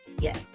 Yes